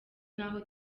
n’aho